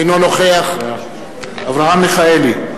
אינו נוכח אברהם מיכאלי,